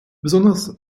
besonders